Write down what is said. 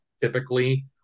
typically